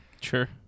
Sure